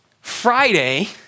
Friday